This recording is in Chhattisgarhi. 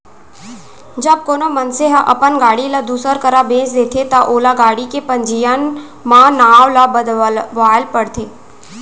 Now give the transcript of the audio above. जब कोनो मनसे ह अपन गाड़ी ल दूसर करा बेंच देथे ता ओला गाड़ी के पंजीयन म नांव ल बदलवाए ल परथे